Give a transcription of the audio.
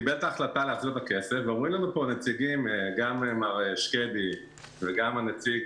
קיבל החלטה להחזיר את הכסף ואומרים לנו פה נציגים גם מר שקדי וגם הנציג